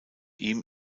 ihm